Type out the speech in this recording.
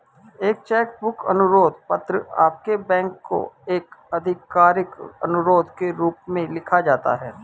एक cheque book अनुरोध पत्र आपके बैंक को एक आधिकारिक अनुरोध के रूप में लिखा जाता है